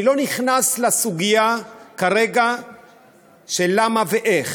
אני לא נכנס כרגע לסוגיה של למה ואיך,